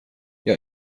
jag